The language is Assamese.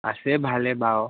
আছে ভালে বাৰু